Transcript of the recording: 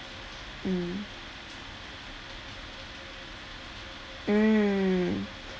mm mm